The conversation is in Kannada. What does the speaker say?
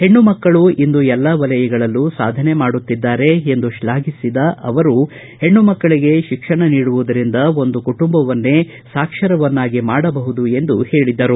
ಹೆಣ್ಣು ಮಕ್ಕಳು ಇಂದು ಎಲ್ಲಾ ವಲಯಗಳಲ್ಲೂ ಸಾಧನೆ ಮಾಡುತ್ತಿದ್ದಾರೆ ಎಂದು ಶ್ಲಾಭಿಸಿದ ಉಪರಾಷ್ಟಪತಿ ಹೆಣ್ಣು ಮಕ್ಕಳಿಗೆ ಶಿಕ್ಷಣ ನೀಡುವುದರಿಂದ ಒಂದು ಕುಟುಂಬವನ್ನೇ ಸಾಕ್ಷರವನ್ನಾಗಿ ಮಾಡಬಹುದು ಎಂದು ಹೇಳಿದರು